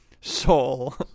soul